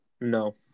No